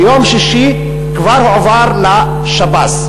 ביום שישי הוא כבר הועבר לשב"ס.